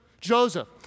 Joseph